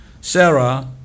Sarah